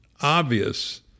obvious